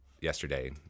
yesterday